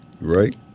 Right